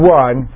one